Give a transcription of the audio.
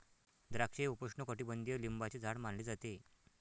द्राक्षे हे उपोष्णकटिबंधीय लिंबाचे झाड मानले जाते